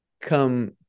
come